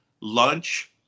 lunch